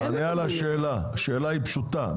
ענה על השאלה הפשוטה,